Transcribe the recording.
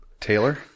Taylor